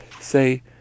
say